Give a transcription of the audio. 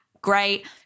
Great